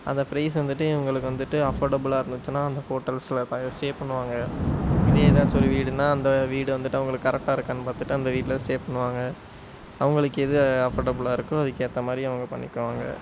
அந்த பிரைஸ் வந்துவிட்டு இவங்களுக்கு வந்துவிட்டு அஃபர்டபுளாக இருந்துச்சுன்னா அந்த ஹோட்டல்ஸில் ஸ்டே பண்ணுவாங்க இதே ஏதாச்சும் ஒரு வீடுன்னா அந்த வீடு வந்துவிட்டு அவங்களுக்கு கரெக்டா இருக்கான்னு பார்த்துட்டு அந்த வீட்டில் ஸ்டே பண்ணுவாங்க அவங்களுக்கு எது அஃபர்டபுளாக இருக்கோ அதுக்கு ஏற்ற மாதிரி அவங்க பண்ணிக்குவாங்க